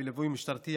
בליווי משטרתי,